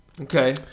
Okay